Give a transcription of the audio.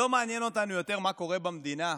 לא מעניין אותנו יותר מה קורה במדינה?